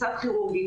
קצת כירורגית,